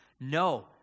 no